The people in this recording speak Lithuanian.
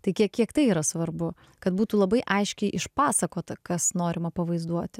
tai kiek kiek tai yra svarbu kad būtų labai aiškiai išpasakota kas norima pavaizduoti